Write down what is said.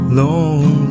long